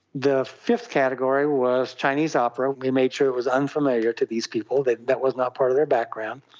the fifth category was chinese opera, we made sure it was unfamiliar to these people, that that was not part of their background.